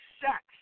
sex